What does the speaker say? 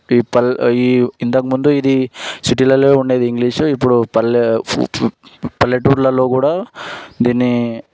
ఇవి పల్లె ఇవి ఇంతకు ముందు ఇది సిటీలలో ఉండేది ఇంగ్లీషు ఇప్పుడు పల్లె పల్లెటూళ్ళలో కూడా దీన్ని